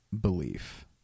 belief